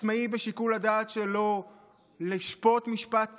עצמאי בשיקול הדעת שלו לשפוט משפט צדק,